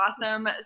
awesome